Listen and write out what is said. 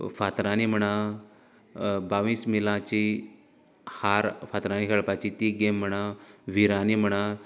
फातरांनी म्हणा बावीस मिलांची हार फातरांनी खेळपाची ती गेम म्हणा व्हिरांनी म्हणा